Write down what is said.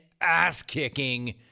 ass-kicking